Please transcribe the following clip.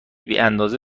بیاندازه